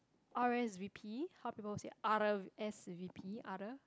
R_S_V_P how people say R R_S_V_P other